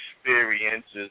experiences